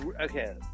okay